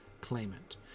claimant